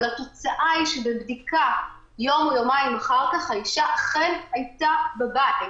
אבל התוצאה היא שבבדיקה יום או יומיים אחר כך האישה אכן הייתה בבית.